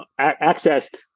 accessed